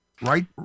right